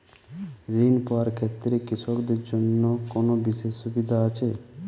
ঋণ পাওয়ার ক্ষেত্রে কৃষকদের জন্য কোনো বিশেষ সুবিধা আছে?